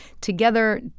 together